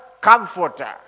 comforter